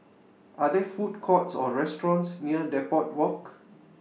Are There Food Courts Or restaurants near Depot Walk